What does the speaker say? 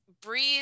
breathe